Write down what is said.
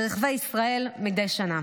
מדי שנה.